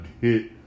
hit